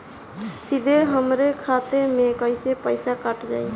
सीधे हमरे खाता से कैसे पईसा कट जाई?